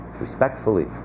respectfully